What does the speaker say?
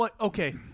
Okay